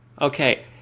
Okay